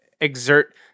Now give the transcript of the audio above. exert